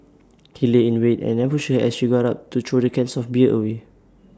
he lay in wait and ambushed her as she got up to throw the cans of beer away